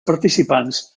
participants